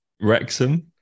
Wrexham